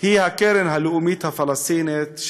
היא הקרן הלאומית הפלסטינית,